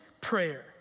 prayer